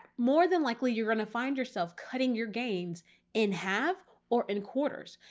more than likely, you're going to find yourself cutting your gains in half or in quarters.